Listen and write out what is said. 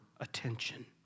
attention